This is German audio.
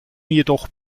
jedoch